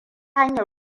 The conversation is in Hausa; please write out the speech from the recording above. hanyar